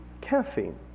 caffeine